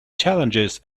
challenges